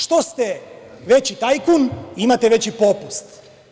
Što ste veći tajkun, imate veći popust.